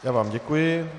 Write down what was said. Já vám děkuji.